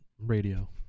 radio